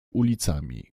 ulicami